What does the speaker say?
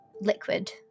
liquid